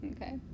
Okay